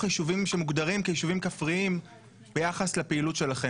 יישובים שמוגדרים כיישובים כפריים ביחס לפעילות שלכם?